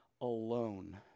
alone